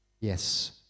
Yes